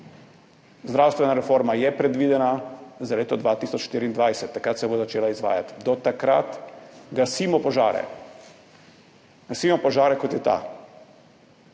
Zdravstvena reforma je predvidena za leto 2024. Takrat se bo začela izvajati. Do takrat gasimo požare, gasimo požare, kot je ta.